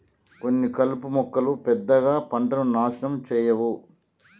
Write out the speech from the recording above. కొన్ని కలుపు మొక్కలు పెద్దగా పంటను నాశనం చేయవు